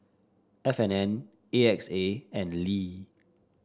F And N A X A and Lee